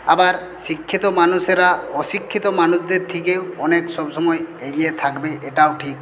আবার শিক্ষিত মানুষেরা অশিক্ষিত মানুষদের থেকেও অনেক সময় এগিয়ে থাকবে এটাও ঠিক